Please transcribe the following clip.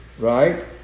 Right